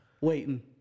Waiting